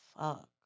Fuck